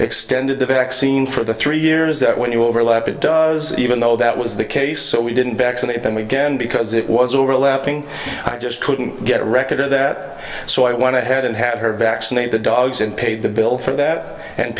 extended the vaccine for the three years that when you overlap it does even though that was the case so we didn't back on it then we get in because it was overlapping i just couldn't get a record of that so i want to head and have her vaccinate the dogs and paid the bill for that and